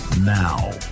Now